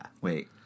Wait